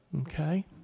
Okay